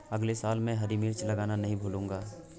अगले साल मैं हरी मिर्च लगाना नही भूलूंगा